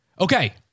Okay